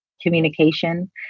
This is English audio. communication